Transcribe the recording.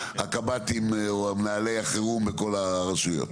הקב"טים או מנהלי החירום בכל הרשויות.